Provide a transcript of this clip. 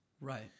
right